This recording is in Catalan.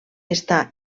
està